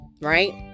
right